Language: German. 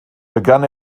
begann